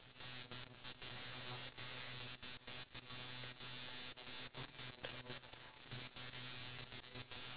I never stop to think whether I should really google and find out the whole entire information about that country